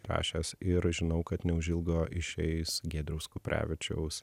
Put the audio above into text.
įrašęs ir žinau kad neužilgo išeis giedriaus kuprevičiaus